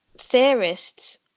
theorists